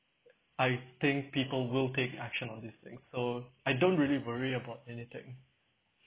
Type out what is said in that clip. I think people will take action on this thing so I don't really worry about anything